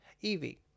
Evie